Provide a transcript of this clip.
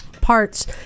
parts